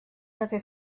other